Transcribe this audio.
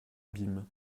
abîme